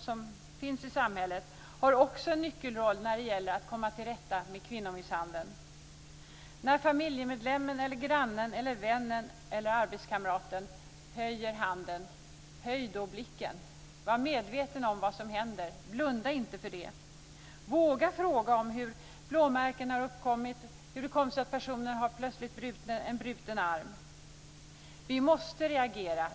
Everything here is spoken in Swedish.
som finns i samhället, har också en nyckelroll när det gäller att komma till rätta med kvinnomisshandeln. När familjemedlemmen, grannen, vännen eller arbetskamraten höjer handen, höj då blicken! Var medveten om vad som händer och blunda inte för det! Våga fråga om hur blåmärken har uppkommit och hur det kommer sig att en person plötsligt har en bruten arm! Vi måste reagera.